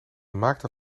maakte